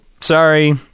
sorry